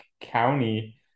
county